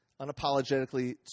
unapologetically